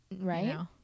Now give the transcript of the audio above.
Right